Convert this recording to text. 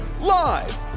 live